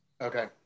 Okay